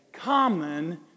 Common